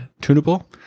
tunable